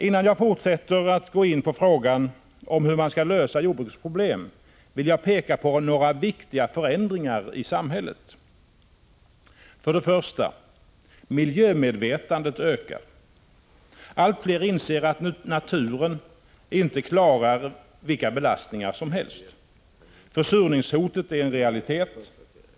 Innan jag fortsätter att gå in på frågan om hur man skall lösa jordbrukets problem, vill jag peka på några viktiga förändringar i samhället. 1. Miljömedvetandet ökar. Allt fler inser att naturen inte klarar vilka belastningar som helst. Försurningshotet är en realitet.